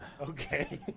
okay